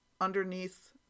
underneath